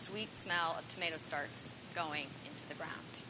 sweet smell of tomato starts going into the ground